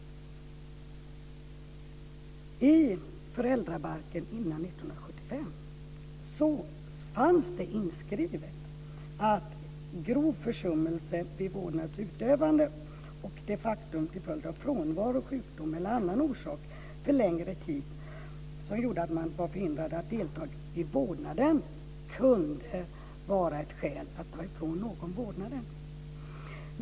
Före 1975 fanns det i föräldrabalken inskrivet att grov försummelse vid vårdnadens utövande, frånvaro, sjukdom eller annan orsak under längre tid som gjorde att man var förhindrad att delta i vårdnaden kunde vara ett skäl att ta ifrån någon vårdnaden.